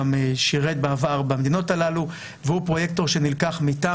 גם שירת בעבר במדינות הללו והוא פרויקטור שנלקח מטעם